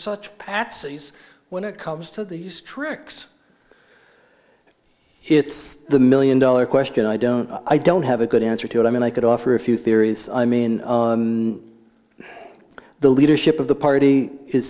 patsies when it comes to these tricks it's the million dollar question i don't i don't have a good answer to it i mean i could offer a few theories i mean the leadership of the party is